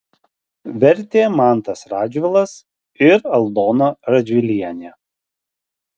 vertė mantas radžvilas ir aldona radžvilienė